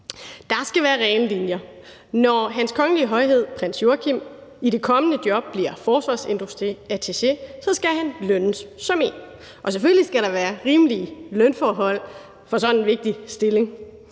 Der skal være rene linjer. Når Hans Kongelige Højhed Prins Joachim i det kommende job bliver forsvarsindustriattaché, skal han lønnes som en, og selvfølgelig skal der være rimelige lønforhold for sådan en vigtig stilling.